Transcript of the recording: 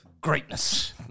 Greatness